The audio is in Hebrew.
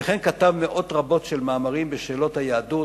וכן כתב מאות רבות של מאמרים בשאלות היהדות,